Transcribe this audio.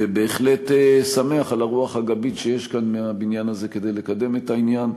ובהחלט שמח על הרוח הגבית שיש כאן מהבניין הזה כדי לקדם את העניין,